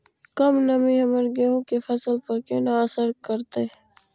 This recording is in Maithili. कम नमी हमर गेहूँ के फसल पर केना असर करतय?